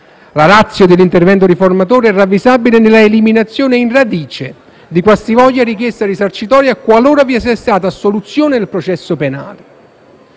La *ratio* dell'intervento riformatore è ravvisabile nella eliminazione in radice di qualsivoglia richiesta risarcitoria qualora vi sia stata assoluzione nel processo penale.